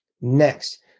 Next